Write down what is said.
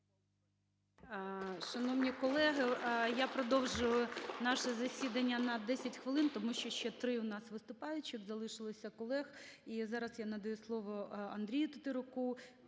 Шановні колеги, я продовжую наше засідання на 10 хвилин, тому що ще три у нас виступаючих залишилося колег. І зараз я надаю слово Андрію Тетеруку.